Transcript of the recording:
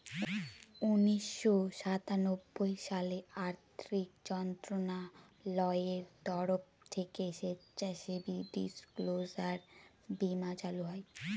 উনিশশো সাতানব্বই সালে আর্থিক মন্ত্রণালয়ের তরফ থেকে স্বেচ্ছাসেবী ডিসক্লোজার বীমা চালু হয়